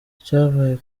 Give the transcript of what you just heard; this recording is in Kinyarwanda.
cyabaye